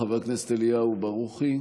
חבר הכנסת אליהו ברוכי,